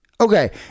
okay